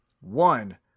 One